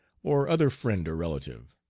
or other friend or relative.